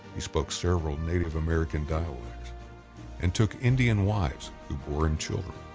he spoke several native american dialects and took indian wives who bore him children.